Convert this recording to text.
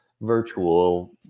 virtual